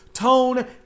Tone